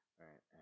right